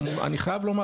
אני חייב לומר,